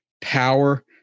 power